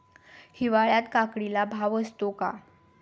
हिवाळ्यात काकडीला भाव असतो का?